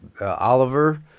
Oliver